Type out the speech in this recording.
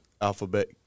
alphabet